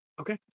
Okay